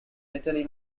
natalie